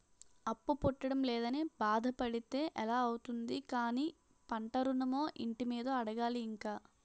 అప్పు పుట్టడం లేదని బాధ పడితే ఎలా అవుతుంది కానీ పంట ఋణమో, ఇంటి మీదో అడగాలి ఇంక